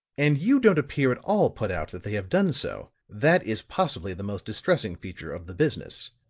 and you don't appear at all put out that they have done so. that is possibly the most distressing feature of the business.